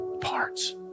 parts